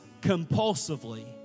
compulsively